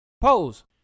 Pose